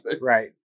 right